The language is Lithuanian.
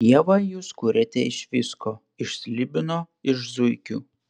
dievą jūs kuriate iš visko iš slibino iš zuikių